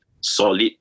solid